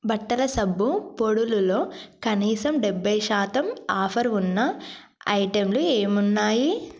బట్టల సబ్బు పొడులులో కనీసం డెబ్భై శాతం ఆఫరు ఉన్న ఐటెంలు ఏమున్నాయి